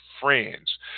friends